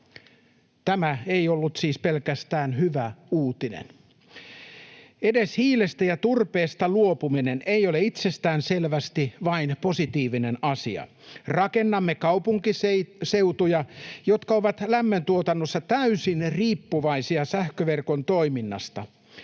Tämä ei ollut siis pelkästään hyvä uutinen. Edes hiilestä ja turpeesta luopuminen ei ole itsestään selvästi vain positiivinen asia. Rakennamme kaupunkiseutuja, jotka ovat lämmöntuotannossa täysin riippuvaisia sähköverkon toiminnasta.